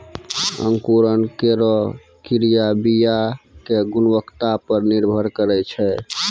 अंकुरन केरो क्रिया बीया क गुणवत्ता पर निर्भर करै छै